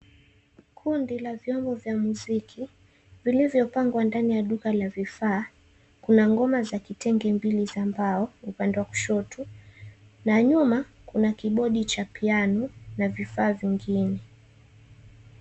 Kundi la vyombo vya musiki, vilivyopangwa ndani ya duka la vifaa, kuna ngoma za kitenge mbili za mbao upande wa kushoto na nyuma kuna kibodi cha piano na vifaa vingine.